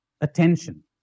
attention